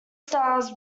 stars